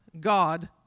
God